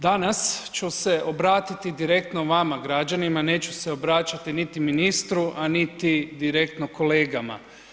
Danas ću se obratiti direktno vama građanima, neću se obraćati niti ministru, a niti direktno kolegama.